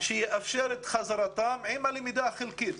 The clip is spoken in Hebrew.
שיאפשר את חזרתם עם הלמידה החלקית.